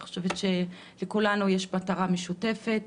אני חושבת שלכולנו יש מטרה משותפת